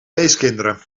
weeskinderen